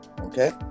okay